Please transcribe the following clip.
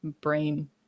brain